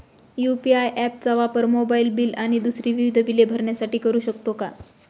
UPI app चा वापर mobile bill आणि दुसरी विविध बिले भरण्यासाठी करू शकतो का?